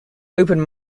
open